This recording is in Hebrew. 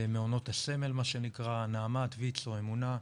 מעונות הסמל מה שנקרא, נעמ"ת, ויצ"ו, אמונה,